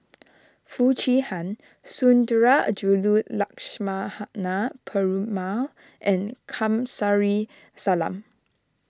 Foo Chee Han Sundarajulu Lakshmana Perumal and Kamsari Salam